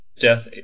death